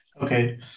Okay